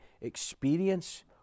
experience